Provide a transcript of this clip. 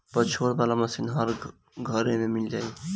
पछोरे वाला मशीन हर घरे मिल जाई